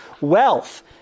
wealth